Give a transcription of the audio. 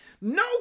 No